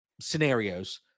scenarios